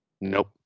Nope